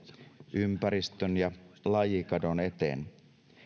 ympäristön ja lajikadon eteen